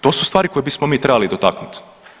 To su stvari koje bismo mi trebali dotaknuti.